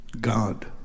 God